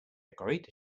great